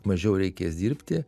mažiau reikės dirbti